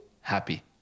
happy